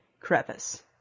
crevice